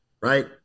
right